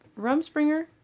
Rumspringer